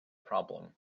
problem